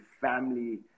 family